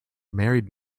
married